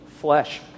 flesh